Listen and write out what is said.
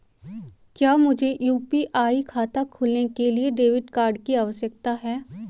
क्या मुझे यू.पी.आई खाता खोलने के लिए डेबिट कार्ड की आवश्यकता है?